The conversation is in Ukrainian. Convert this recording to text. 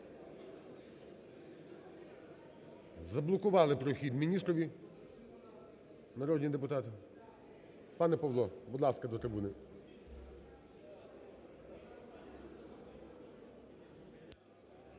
Заблокували прохід міністрові народні депутати. Пане Павло, будь ласка, до трибуни.